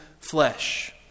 flesh